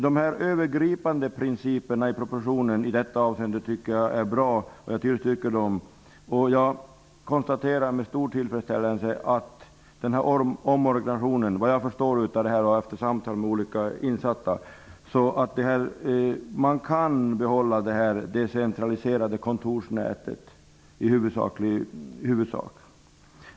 De övergripande principerna i propositionen i detta avseende tycker jag är bra. Jag tillstyrker på den punkten. Vidare konstaterar jag med stor tillfredsställelse att man beträffande omorganisationen, såvitt jag förstår efter att ha haft samtal med olika personer som är insatta i dessa frågor, i huvudsak kan behålla det decentraliserade kontorsnätet.